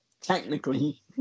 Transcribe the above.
technically